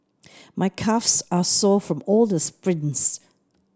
my calves are sore from all the sprints